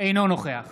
אינו נוכח